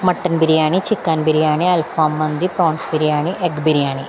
mutton biryani chicken biryani അൽഫാം മന്തി prawns biryani egg biryani